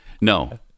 no